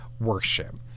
worship